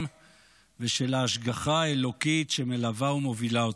ושל ההשגחה האלוקית שמלווה ומובילה אותם.